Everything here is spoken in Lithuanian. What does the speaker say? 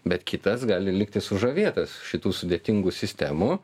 bet kitas gali likti sužavėtas šitų sudėtingų sistemų